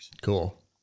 Cool